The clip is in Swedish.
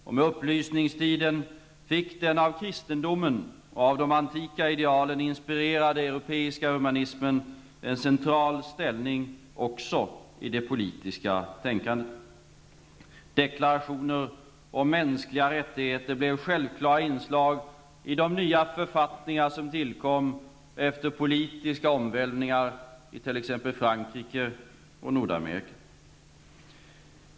Och med upplysningstiden fick den av kristendomen och av de antika idealen inspirerade europeiska humanismen en central ställning också i det politiska tänkandet. Deklarationer om mänskliga rättigheter blev självklara inslag i de nya författningar som tillkom efter politiska omvälvningar i t.ex. Frankrike och Nordamerika.